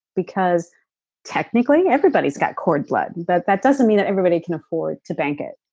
because technically everybody's got cord blood, but that doesn't mean that everybody can afford to bank it,